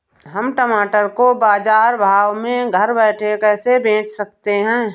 हम टमाटर को बाजार भाव में घर बैठे कैसे बेच सकते हैं?